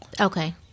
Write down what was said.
Okay